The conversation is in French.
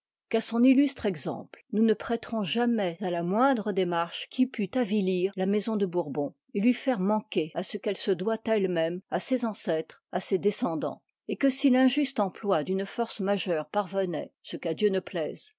qu'à son illustre exemple nous ne nous prêterons jamais à la moindre démarche qui pût avilir la maison de bourbon et lui faire manquer à ce qu'elle se doit à elle-même à ses ancêtres à ses descendans et que si l'injuste emploi d'une force majeure parvenoit ce qu'à dieu ne plaide